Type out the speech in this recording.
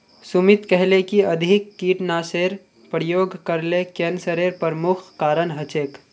सुमित कहले कि अधिक कीटनाशेर प्रयोग करले कैंसरेर प्रमुख कारण हछेक